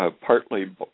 partly